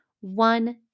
one